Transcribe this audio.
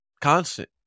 constant